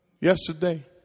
yesterday